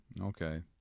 Okay